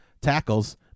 tackles